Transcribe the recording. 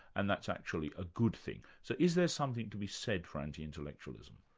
and that's actually a good thing. so is there something to be said for anti-intellectualism?